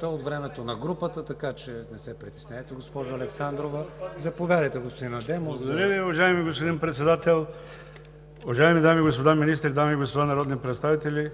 То e от времето на група, така че не се притеснявайте, госпожо Александрова. Заповядайте, господин Адемов. ХАСАН АДЕМОВ (ДПС): Благодаря Ви, уважаеми господин Председател. Уважаеми дами и господа Министри, дами и господа народни представители,